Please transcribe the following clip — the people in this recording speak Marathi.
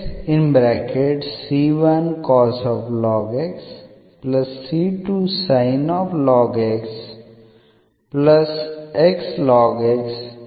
जर आपण ह्या दोघांची बेरीज केली तर आपल्याला दिलेल्या डिफरन्शियल समीकरणाचे जनरल सोल्युशन मिळते